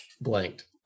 blanked